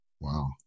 Wow